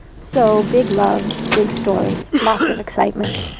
so big love. big stories. lots of excitement